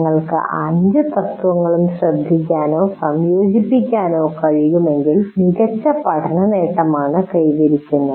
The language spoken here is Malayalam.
നിങ്ങൾക്ക് അഞ്ച് തത്ത്വങ്ങളും ശ്രദ്ധിക്കാനോ സംയോജിപ്പിക്കാനോ കഴിയുമെങ്കിൽ മികച്ച പഠനനേട്ടമാണ് കൈവരിക്കുന്നത്